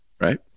right